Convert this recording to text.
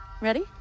Ready